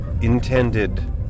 intended